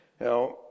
Now